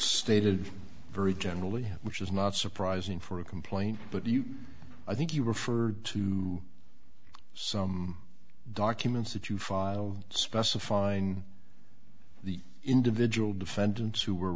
stated very generally which is not surprising for a complaint but you i think you referred to some documents that you filed specifying the individual defendants who were